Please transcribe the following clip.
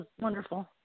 wonderful